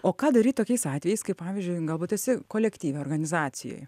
o ką daryt tokiais atvejais kaip pavyzdžiui galbūt esi kolektyve organizacijoj